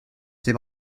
ces